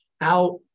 out